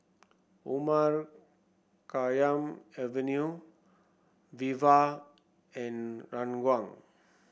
Omar Khayyam Avenue Viva and Ranggung